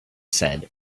said